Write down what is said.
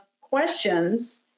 questions